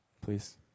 Please